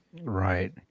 right